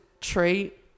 trait